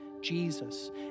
Jesus